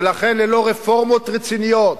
ולכן ללא רפורמות רציניות,